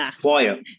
quiet